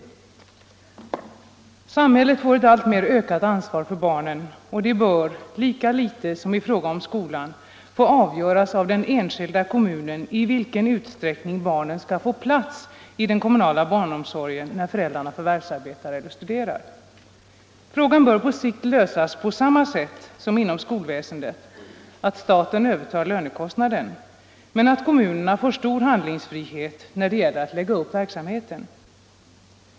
Ekonomiskt stöd åt Samhället får i dag alltmer ökat ansvar för barnen och det bör lika litet som i fråga om skolan få avgöras av den enskilda kommunen i vilken utsträckning barnen skall få plats i den kommunala barnomsorgen när föräldrarna förvärvsarbetar eller studerar. Frågan bör på sikt lösas på samma sätt som skolväsendet — att staten övertar lönekostnaden men att kommunerna får stor handlingsfrihet när det gäller att lägga upp verksamheten.